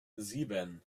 sieben